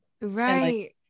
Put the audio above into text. right